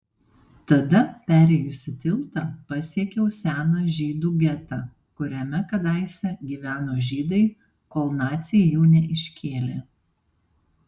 tada perėjusi tiltą pasiekiau seną žydų getą kuriame kadaise gyveno žydai kol naciai jų neiškėlė